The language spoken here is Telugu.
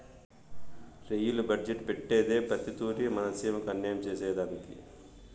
రెయిలు బడ్జెట్టు పెట్టేదే ప్రతి తూరి మన సీమకి అన్యాయం సేసెదానికి